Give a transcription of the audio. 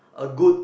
a good